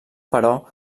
però